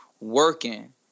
working